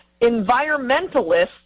Environmentalists